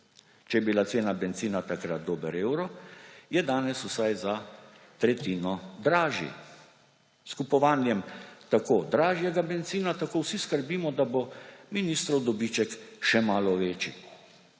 Če je bila cena bencina takrat dober evro, je danes vsaj za tretjino dražji. S kupovanjem tako dražjega bencina vsi skrbimo, da bo ministrov dobiček še malo večji.